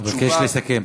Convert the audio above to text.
התשובה, אבקש לסכם.